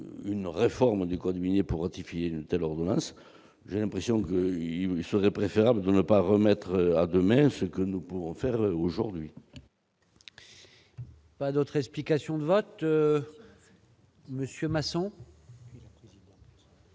une réforme du code minier pour ratifier une telle ordonnance ? J'ai l'impression qu'il serait préférable de ne pas remettre à demain ce que nous pouvons faire aujourd'hui. La parole est à M. Jean Louis Masson,